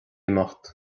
imeacht